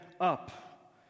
up